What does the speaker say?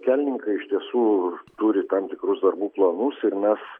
kelininkai iš tiesų turi tam tikrus darbų planus ir mes